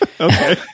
Okay